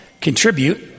contribute